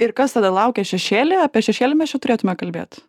ir kas tada laukia šešėlyje apie šešėlį mes čia turėtume kalbėt